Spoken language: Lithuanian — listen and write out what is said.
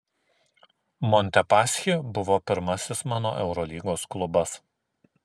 montepaschi buvo pirmasis mano eurolygos klubas